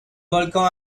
volcan